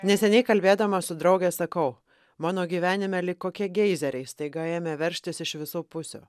neseniai kalbėdama su drauge sakau mano gyvenime lyg kokie geizeriai staiga ėmė veržtis iš visų pusių